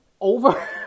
over